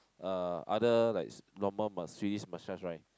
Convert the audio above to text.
uh other like normal masseuse massage right